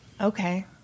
Okay